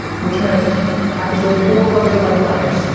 which meant i could live four hundred life times,